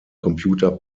computer